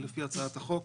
ולפי הצעת החוק,